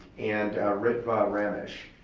and riff ramish.